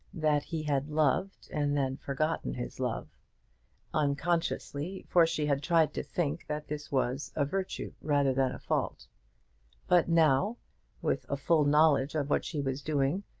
that he had loved and then forgotten his love unconsciously, for she had tried to think that this was a virtue rather than a fault but now with a full knowledge of what she was doing,